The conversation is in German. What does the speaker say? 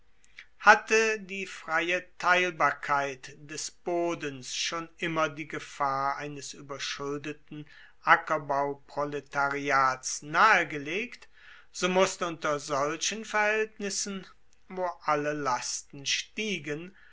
hatte die freie teilbarkeit des bodens schon immer die gefahr eines ueberschuldeten ackerbauproletariats nahegelegt so musste unter solchen verhaeltnissen wo alle lasten stiegen